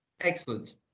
excellent